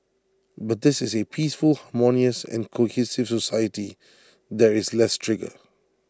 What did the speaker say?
but this is A peaceful harmonious and cohesive society there is less trigger